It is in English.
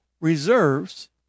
reserves